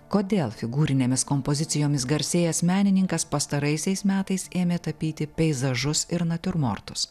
kodėl figūrinėmis kompozicijomis garsėjantis menininkas pastaraisiais metais ėmė tapyti peizažus ir natiurmortus